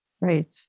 right